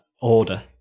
order